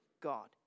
God